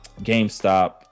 gamestop